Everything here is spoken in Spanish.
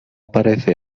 parece